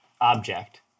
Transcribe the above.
Object